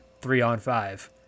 three-on-five